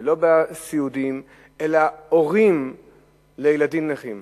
ולא בסיעודיים, אלא בהורים לילדים נכים.